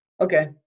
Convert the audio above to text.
okay